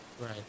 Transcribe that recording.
Right